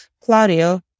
Claudio